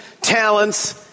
talents